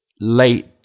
late